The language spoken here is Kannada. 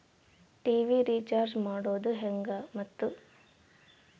ಟಿ.ವಿ ರೇಚಾರ್ಜ್ ಮಾಡೋದು ಹೆಂಗ ಮತ್ತು?